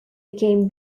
became